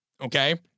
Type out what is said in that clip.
Okay